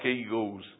eagles